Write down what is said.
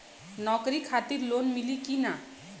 नौकरी खातिर लोन मिली की ना?